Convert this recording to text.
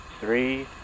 three